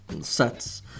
sets